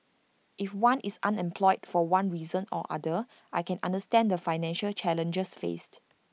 if one is unemployed for one reason or other I can understand the financial challenges faced